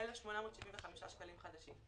1,875 שקלים חדשים,